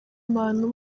abantu